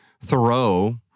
Thoreau